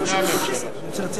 לפני הממשלה,